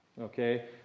Okay